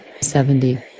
seventy